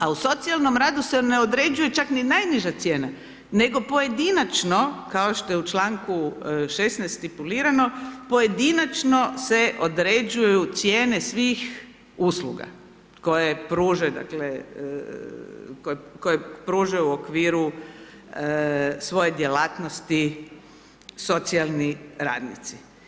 A u socijalnom radu se ne određuje čak ni najniža cijena, nego pojedinačno, kao što je u članku 16. tipulirano, pojedinačno se određuju cijene svih usluga koje pruže, dakle, koje pružaju u okviru svoje djelatnosti socijalni radnici.